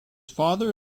father